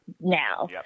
now